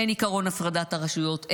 אין עקרון הפרדת הרשויות,